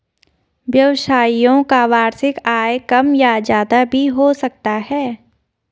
व्यवसायियों का वार्षिक आय कम या ज्यादा भी हो सकता है